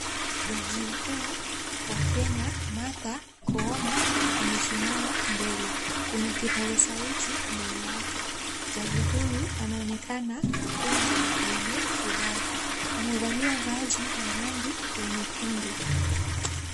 Jaji mkuu wa Kenya, Martha Koome amesimama mbele. Kuna kipaza sauti mbele yake. Jaji huyu anaonekana kuwa mwenye furaha, amevalia vazi ya rangi nyekundu.